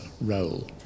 role